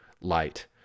light